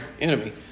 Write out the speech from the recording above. enemy